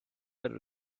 are